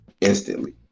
instantly